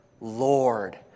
Lord